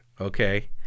okay